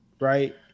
Right